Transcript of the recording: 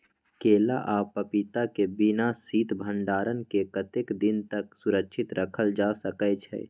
केला आ पपीता के बिना शीत भंडारण के कतेक दिन तक सुरक्षित रखल जा सकै छै?